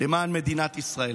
למען מדינת ישראל,